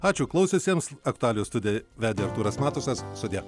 ačiū klausiusiems aktualijų studiją vedė artūras matusas sudie